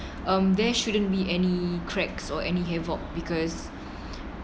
um there shouldn't be any cracks or any havoc because